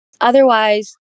Otherwise